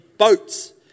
boats